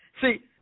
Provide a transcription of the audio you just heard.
See